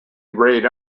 raid